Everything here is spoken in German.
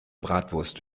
bratwurst